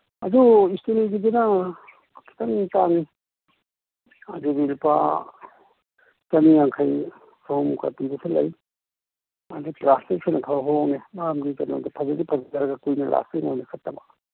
ꯑꯗꯨ ꯏꯁꯇꯤꯜꯒꯤꯗꯨꯅ ꯈꯤꯇꯪ ꯇꯥꯡꯏ ꯑꯨꯗꯗꯤ ꯂꯨꯄꯥ ꯆꯅꯤ ꯌꯥꯡꯈꯩ ꯆꯍꯨꯝꯒ ꯄꯤꯕꯁꯨ ꯂꯩ ꯑꯗꯩ ꯄ꯭ꯂꯥꯁꯇꯤꯛꯁꯤꯅ ꯈꯔ ꯍꯣꯡꯉꯦ ꯃꯔꯝꯗꯤ ꯀꯩꯅꯣꯗ ꯐꯖꯗꯤ ꯐꯖꯗ꯭ꯔꯒ ꯀꯨꯏꯅ ꯂꯥꯁꯇꯤꯡ ꯑꯣꯏꯅ ꯆꯠꯇꯕ